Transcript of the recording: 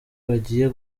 bagiye